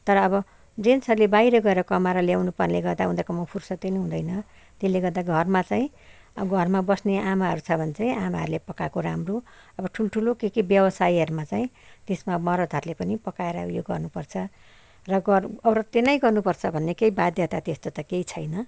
तर अब जेन्ट्सहरूले बाहिर गएर कमाएर ल्याउनुपर्ने गर्दा उनीहरूकोमा फुर्सद पनि हुँदैन त्यसले गर्दा घरमा चाहिँ घरमा बस्ने आमाहरू छ भने चाहिँ आमाहरूले पकाएको राम्रो अब ठुल्ठुलो के के व्यवसायहरूमा चाहिँ त्यसमा मरदहरूले पनि पकाएर ऊ यो गर्नुपर्छ र गर औरतले ने गर्नुपर्छ भन्ने केही बाध्यता त्यस्तो त केही छैन